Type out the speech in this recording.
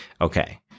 Okay